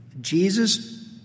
Jesus